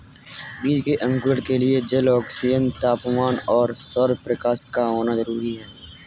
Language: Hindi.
बीज के अंकुरण के लिए जल, ऑक्सीजन, तापमान और सौरप्रकाश का होना जरूरी है